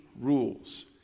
rules